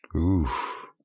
Oof